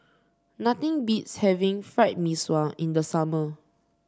nothing beats having Fried Mee Sua in the summer